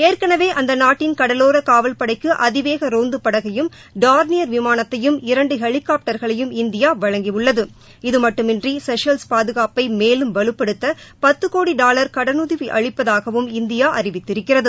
ஏற்கனவே அந்த நாட்டின் கடலோர காவல்படைக்கு அதிவேக ரோந்து படகையும் டார்னியா விமானத்தையும் இரண்டு ஹெலிகாப்டர்களையும் இந்தியா வழங்கியுள்ளது இது மட்டுமின்றி செஷல்ஸ் பாதுகாப்பை மேலும் வலுப்படுத்த பத்து கோடி டாலர் கடனுதவி அளிப்பதாகவும் இந்தியா அறிவித்திருக்கிறது